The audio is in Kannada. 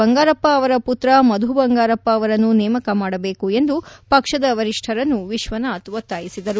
ಬಂಗಾರಪ್ಪ ಅವರ ಪುತ್ರ ಮಧು ಬಂಗಾರಪ್ಪ ಅವರನ್ನು ನೇಮಕ ಮಾಡಬೇಕು ಎಂದು ಪಕ್ಷದ ವರಿಷ್ಟರನ್ನು ವಿಶ್ವನಾಥ್ ಒತ್ತಾಯಿಸಿದರು